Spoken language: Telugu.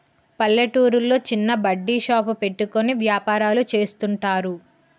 పల్లెటూర్లో చిన్న బడ్డీ షాప్ పెట్టుకుని వ్యాపారాలు చేస్తుంటారు